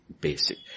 Basic